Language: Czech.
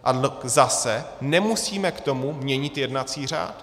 A zase nemusíme k tomu měnit jednací řád.